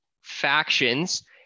factions